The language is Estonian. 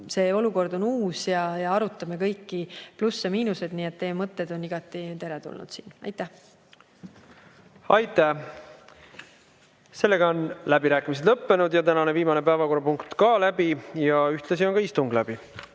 see olukord on uus ja arutame kõiki plusse-miinuseid, nii et teie mõtted on igati teretulnud. Aitäh! Aitäh! Läbirääkimised on lõppenud ja tänane viimane päevakorrapunkt on ka läbi. Ühtlasi on istung läbi.